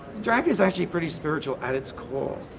drag is actually pretty spiritual at its core.